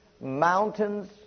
mountains